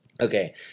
Okay